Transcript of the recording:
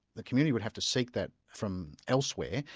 the community would have to seek that from elsewhere,